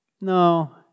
No